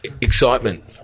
excitement